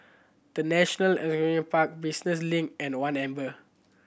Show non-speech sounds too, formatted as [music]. The National [unintelligible] Park Business Link and One Amber